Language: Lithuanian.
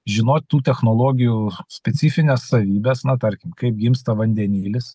žinot tų technologijų specifines savybes na tarkim kaip gimsta vandenilis